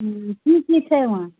की की छै वहाँ